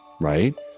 right